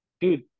dude –